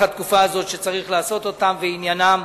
התקופה הזאת שצריך לעשות אותם ועניינם